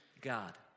God